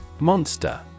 Monster